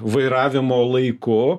vairavimo laiku